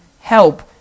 help